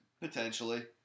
Potentially